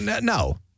No